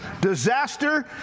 Disaster